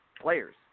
players